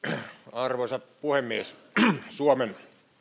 arvoisa puhemies suomen